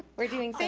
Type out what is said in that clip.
we're doing so